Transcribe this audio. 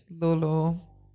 lolo